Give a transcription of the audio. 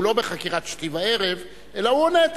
הוא לא בחקירת שתי וערב אלא הוא עונה,